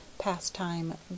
pastime